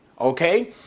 Okay